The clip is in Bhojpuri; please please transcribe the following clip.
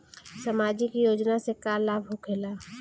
समाजिक योजना से का लाभ होखेला?